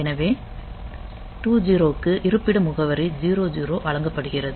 எனவே 20 க்கு இருப்பிட முகவரி 00 வழங்கப்படுகிறது